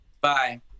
Bye